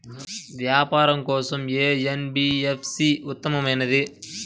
వ్యాపారం కోసం ఏ ఎన్.బీ.ఎఫ్.సి ఉత్తమమైనది?